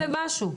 אלף ומשהו.